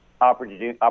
opportunity